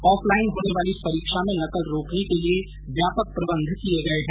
of line होने वाली इस परीक्षा में नकल रोकने के लिये व्यापक प्रबंध किये गये है